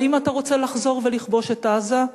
האם אתה רוצה לחזור ולכבוש את עזה?